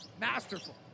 masterful